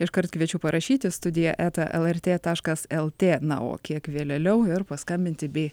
iškart kviečiu parašyti studija eta lrt taškas lt na o kiek vėlėliau ir paskambinti bei